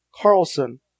Carlson